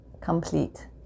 complete